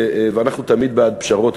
ואנחנו תמיד בעד פשרות,